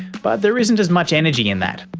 but there isn't as much energy in that.